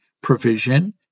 provision